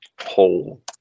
whole